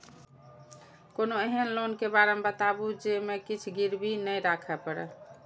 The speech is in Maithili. कोनो एहन लोन के बारे मे बताबु जे मे किछ गीरबी नय राखे परे?